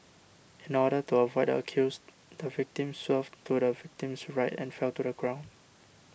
in order to avoid the accused the victim swerved to the victim's right and fell to the ground